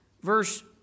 Verse